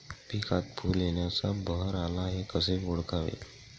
पिकात फूल येण्याचा बहर आला हे कसे ओळखावे?